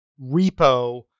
repo